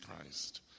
Christ